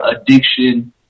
addiction